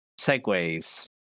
Segways